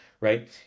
right